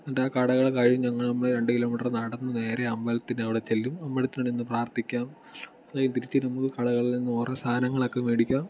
എന്നിട്ട് ആ കടകൾ കഴിഞ്ഞ് നമ്മൾ രണ്ട് കിലോ മീറ്റർ നടന്ന് നേരെ അമ്പലത്തിൻ്റെ അവിടെ ചെല്ലും അമ്പലത്തിൻ്റെ അവിടെ നിന്ന് പ്രാർത്ഥിക്കാം അതായത് തീരുമ്പോൾ കടകളിൽ നിന്ന് ഓരോ സാധനങ്ങളൊക്കെ മേടിക്കാം